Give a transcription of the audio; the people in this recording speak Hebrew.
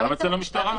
גם אצל המשטרה.